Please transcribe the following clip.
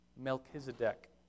Melchizedek